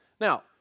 Now